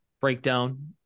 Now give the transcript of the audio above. breakdown